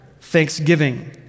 thanksgiving